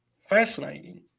fascinating